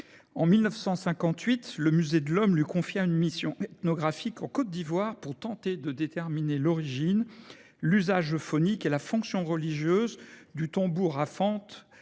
En 1958, le Musée de l'Homme lui confia une mission ethnographique en Côte d'Ivoire pour tenter de déterminer l'origine l'usage phonique et la fonction religieuse du tambour rafante